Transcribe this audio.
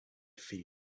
feet